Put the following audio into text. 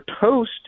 toast